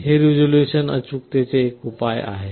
हे रिझोल्यूशन अचूकतेचे एक उपाय आहे